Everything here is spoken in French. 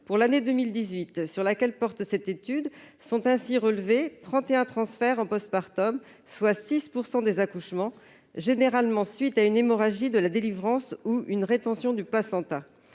Pour l'année 2018 sur laquelle porte cette étude, on relève ainsi 31 transferts en, soit 6 % des accouchements, généralement à la suite d'une hémorragie de la délivrance ou d'une rétention du placenta.